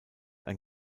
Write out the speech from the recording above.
ein